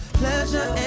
pleasure